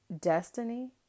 Destiny